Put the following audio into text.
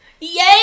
Yay